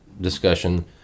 discussion